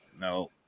no